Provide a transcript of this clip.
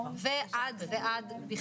אבל אנחנו נעשה את זה ביחד.